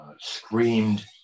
screamed